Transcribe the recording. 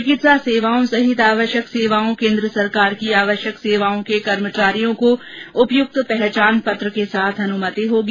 चिकित्सा सेवाओं सहित आवश्यक सेवाओं केन्द्र सरकार की आवश्यक सेवाओं के कर्मचारियों को उपयुक्त पहचान पत्र के साथ अनुमति होगी